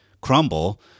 crumble